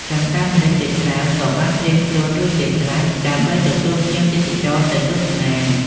ចម្ការម្រេចជាច្រើនក៏បានត្រៀមខ្លួនរួចជាស្រេចដើម្បីទទួលភ្ញៀវទេសចរទៅទស្សនា។